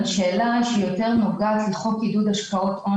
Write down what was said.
על אף שאנו נמצאים בפגרת בחירות,